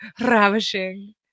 ravishing